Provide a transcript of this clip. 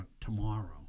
tomorrow